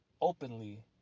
openly